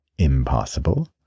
impossible